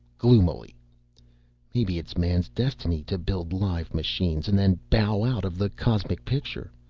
gloomily maybe it's man's destiny to build live machines and then bow out of the cosmic picture.